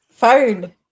Phone